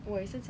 那个 slot